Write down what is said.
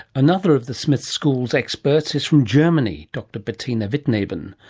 another of the smith school's experts is from germany, dr. bettina wittneben.